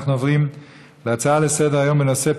אנחנו עוברים להצעה לסדר-היום בנושא: